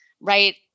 right